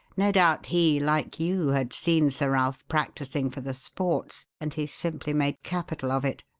no doubt he, like you, had seen sir ralph practising for the sports, and he simply made capital of it.